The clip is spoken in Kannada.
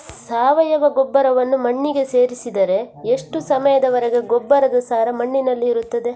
ಸಾವಯವ ಗೊಬ್ಬರವನ್ನು ಮಣ್ಣಿಗೆ ಸೇರಿಸಿದರೆ ಎಷ್ಟು ಸಮಯದ ವರೆಗೆ ಗೊಬ್ಬರದ ಸಾರ ಮಣ್ಣಿನಲ್ಲಿ ಇರುತ್ತದೆ?